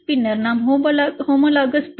பின்னர் நாம் homologous B